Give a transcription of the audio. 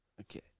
Okay